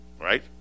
right